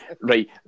right